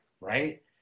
right